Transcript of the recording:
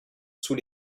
sous